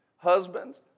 Husbands